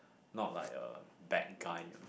not like a bad guy you